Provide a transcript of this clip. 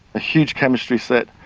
a huge chemistry set,